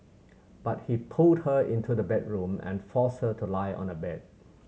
but he pulled her into the bedroom and forced her to lie on a bed